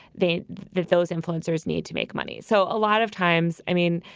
they that those influencers need to make money. so a lot of times, i mean,